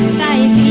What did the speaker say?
nine